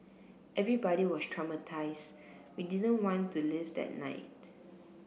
everybody was traumatise we didn't want to leave that night